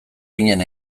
ginen